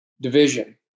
division